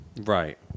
Right